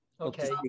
Okay